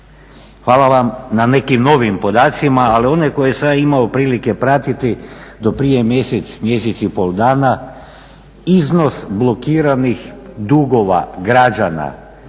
Hvala vam na nekim novim podacima, ali one koje sam ja imao prilike pratiti do prije mjesec, mjesec i pol dana iznos blokiranih dugova građana